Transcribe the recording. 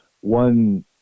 one